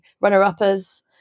runner-uppers